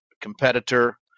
competitor